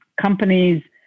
companies